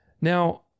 Now